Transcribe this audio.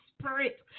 Spirit